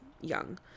young